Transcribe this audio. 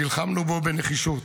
נלחמנו בו בנחישות.